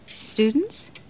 Students